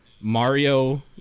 Mario